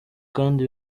kandi